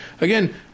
Again